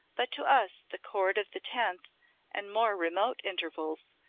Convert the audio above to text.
but to us the chord of the tenth and more remote intervals,